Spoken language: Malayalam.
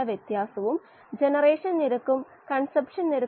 ഫ്ലക്സ് സംഭവിക്കുന്നതിന് ചാലകശക്തി അത്യാവശ്യമാണ്